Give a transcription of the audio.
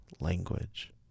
language